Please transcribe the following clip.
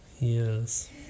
Yes